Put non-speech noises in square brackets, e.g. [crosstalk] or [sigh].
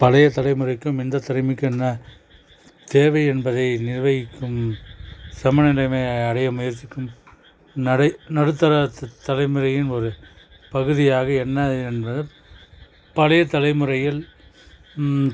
பழைய தலைமுறைக்கும் இந்த தலைமுறைக்கும் என்ன தேவை என்பதை நிர்வகிக்கும் [unintelligible] அடைய முயற்சிக்கும் நடை நடுத்தரத்து தலைமுறையின் ஒரு பகுதியாக என்ன என்று பழைய தலைமுறையில்